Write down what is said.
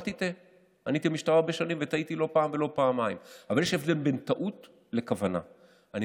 ואין טענה לאיום.